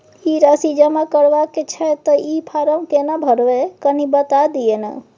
ई राशि जमा करबा के छै त ई फारम केना भरबै, कनी बता दिय न?